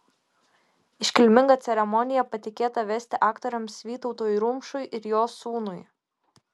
iškilmingą ceremoniją patikėta vesti aktoriams vytautui rumšui ir jo sūnui